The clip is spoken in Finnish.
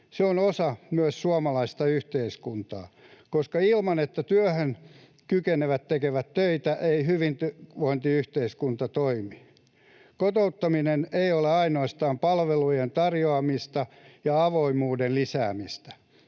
Se on osa myös suomalaista yhteiskuntaa, koska ilman, että työhön kykenevät tekevät töitä, ei hyvinvointiyhteiskunta toimi. Kotouttaminen ei ole ainoastaan palvelujen tarjoamista ja avoimuuden lisäämistä.